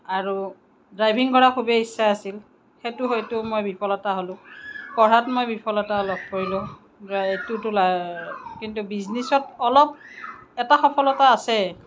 আৰু ড্ৰাইভিং কৰা খুবেই ইচ্ছা আছিল সেইটো হয়তো মই বিফলতা হ'লো পঢ়াত মই বিফলতা অলপ পৰিলোঁ এইটোতো কিন্তু বিজনেচত অলপ এটা সফলতা আছে